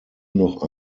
noch